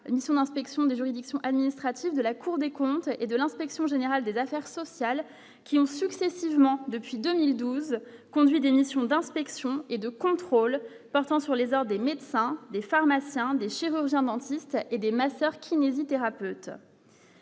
mission d'inspection de juridiction administrative de la Cour des comptes et de l'Inspection générale des affaires sociales qui ont successivement depuis 2012 conduit d'une mission d'inspection et de contrôle portant sur les heures des médecins, des pharmaciens, des chirurgiens dentistes et des masseurs-kinésithérapeutes.